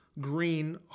Green